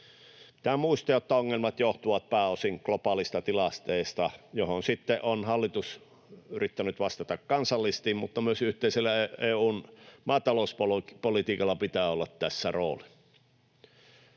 Pitää muistaa, että ongelmat johtuvat pääosin globaaleista tilanteista, joihin hallitus on sitten yrittänyt vastata kansallisesti, mutta myös yhteisellä EU:n maatalouspolitiikalla pitää olla tässä rooli.